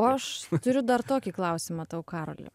o aš turiu dar tokį klausimą tau karoli